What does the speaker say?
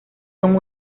son